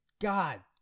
God